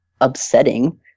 upsetting